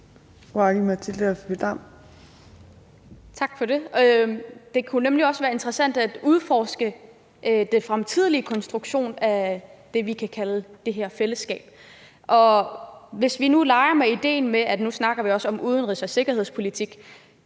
Tak for det. Det kunne nemlig også være interessant at udforske den fremtidige konstruktion af det, vi kan kalde det her fællesskab. Lad os nu lege med ideen om – og nu snakker vi også om udenrigs- og sikkerhedspolitik